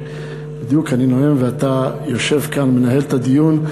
שבדיוק אני נואם ואתה יושב כאן ומנהל את הדיון.